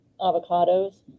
avocados